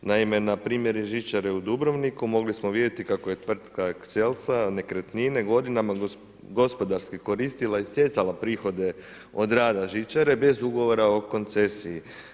Naime, na primjer iz žičare u Dubrovniku, mogli smo vidjeti kako je tvrtka … nekretnine, godinama, gospodarski koristila i stjecala prihode od rada žičare, bez ugovora o koncesiji.